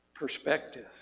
perspective